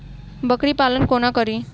बकरी पालन कोना करि?